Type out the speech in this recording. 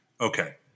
okay